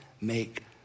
make